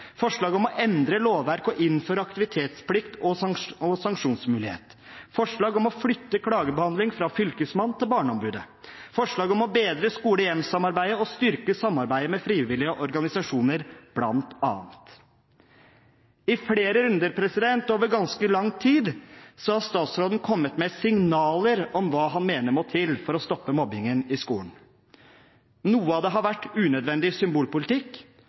forslag om å endre lovverk og innføre aktivitetsplikt og sanksjonsmulighet forslag om å flytte klagebehandling fra Fylkesmannen til Barneombudet forslag om å bedre skole–hjem-samarbeidet forslag om å styrke samarbeidet med frivillige organisasjoner, bl.a. I flere runder og over ganske lang tid har statsråden kommet med signaler om hva han mener må til for å stoppe mobbingen i skolen. Noe av det har vært unødvendig symbolpolitikk,